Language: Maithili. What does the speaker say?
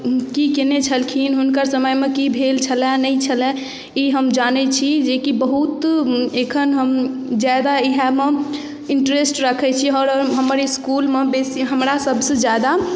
की केने छलखिन हुनकर समयमे की भेल छलै नहि छेलै ई हम जानै छी जेकि बहुत एखन हम ज्यादा इहैमे इंटरेस्ट रखै छी आओर हमर इस्कुलमे बेसी हमरा सभसँ ज्यादा